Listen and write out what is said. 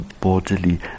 bodily